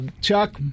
Chuck